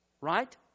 Right